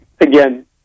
again